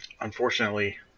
unfortunately